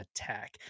attack